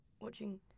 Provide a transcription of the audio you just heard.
watching